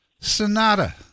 Sonata